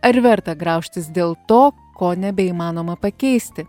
ar verta graužtis dėl to ko nebeįmanoma pakeisti